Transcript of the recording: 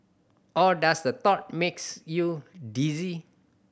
or does the thought makes you dizzy